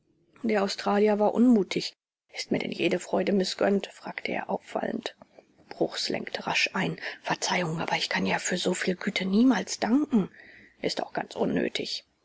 der australier war unmutig ist mir denn jede freude mißgönnt fragte er aufwallend bruchs lenkte rasch ein verzeihung aber ich kann ja für so viel güte niemals danken ist auch ganz unnötig